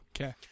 Okay